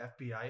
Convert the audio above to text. FBI